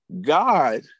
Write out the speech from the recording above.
God